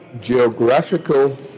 geographical